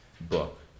book